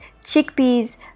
chickpeas